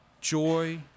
joy